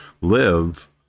live